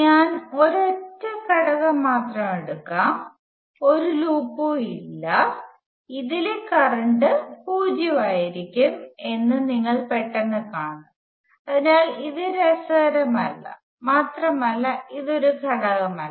ഞാൻ ഒരൊറ്റ ഘടകം മാത്രം എടുക്കാം ഒരു ലൂപ്പും ഇല്ല ഇതിലെ കറന്റ് പൂജ്യമായിരിക്കും എന്ന് നിങ്ങൾ പെട്ടെന്ന് കാണും അതിനാൽ ഇത് രസകരമല്ല മാത്രമല്ല ഇത് ഒരു ഘടകമല്ല